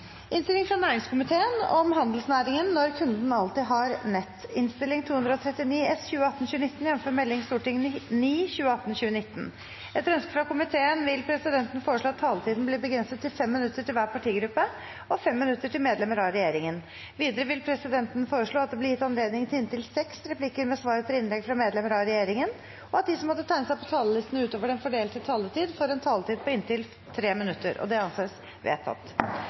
minutter til hver partigruppe og 5 minutter til medlemmer av regjeringen. Videre vil presidenten foreslå at det blir gitt anledning til inntil seks replikker med svar etter innlegg fra medlemmer av regjeringen, og at de som måtte tegne seg på talerlisten utover den fordelte taletid, får en taletid på inntil 3 minutter. – Det anses vedtatt.